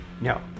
No